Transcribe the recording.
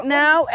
now